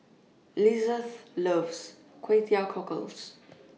Lizeth loves Kway Teow Cockles